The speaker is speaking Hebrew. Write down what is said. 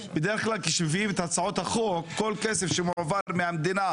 בדרך כלל כשמביאים את הצעות החוק כל כסף שמועבר מהמדינה,